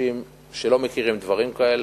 ביקושים שלא מכירים דברים כאלה.